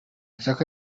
chaka